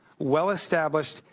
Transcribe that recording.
well established,